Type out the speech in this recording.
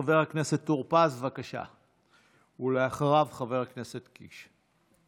חבר הכנסת טור פז, בבקשה, ואחריו, חבר הכנסת קיש.